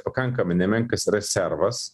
pakankami nemenkas rezervas